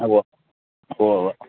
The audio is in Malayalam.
ഉവ്വാ ഉവ്വവ്വ